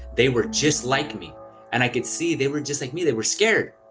they were just like me and i could see they were just like me they were scared.